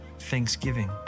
thanksgiving